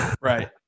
Right